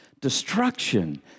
Destruction